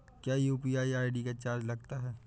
क्या UPI ID का charge लगता है?